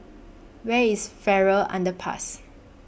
Where IS Farrer Underpass